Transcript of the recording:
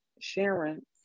Sharon